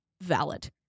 valid